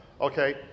Okay